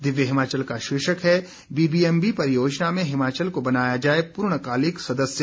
दिव्य हिमाचल का शीर्षक है बीबीएमबी परियोजना में हिमाचल को बनाया जाए पूर्णकालिक सदस्य